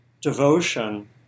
devotion